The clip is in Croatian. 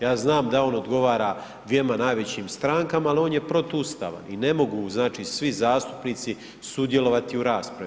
Ja znam da on odgovara dvjema najvećim strankama, ali on je protuustavan i ne mogu znači svi zastupnici sudjelovati u raspravi.